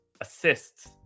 Assists